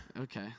Okay